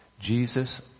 Jesus